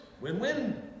win-win